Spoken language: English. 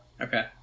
Okay